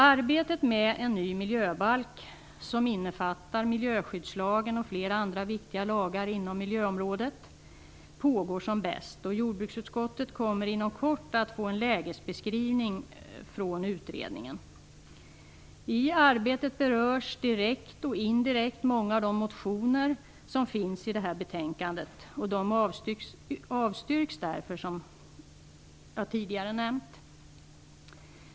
Arbetet med en ny miljöbalk som innefattar miljöskyddslagen och flera andra viktiga lagar inom miljöområdet pågår som bäst. Jordbruksutskottet kommer inom kort att få en lägesbeskrivning från utredningen. I arbetet berörs direkt och indirekt många av de motioner som finns i det här betänkandet, och de avstyrks därför, som jag tidigare har nämnt.